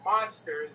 monsters